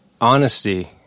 honesty